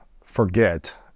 forget